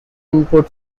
input